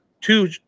two